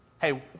Hey